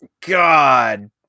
God